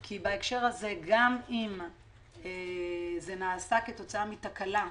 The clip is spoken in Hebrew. כי בהקשר הזה גם אם זה נעשה כתוצאה מתקלה באונייה,